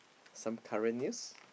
some current news